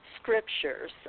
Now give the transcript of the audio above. scriptures